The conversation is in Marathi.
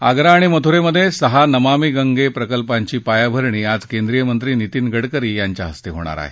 आग्रा आणि मथुरेत सहा नमामी गंगे प्रकल्पांची पायाभरणी आज केंद्रीय मंत्री नितिन गडकरी यांच्या हस्ते हाणार आहे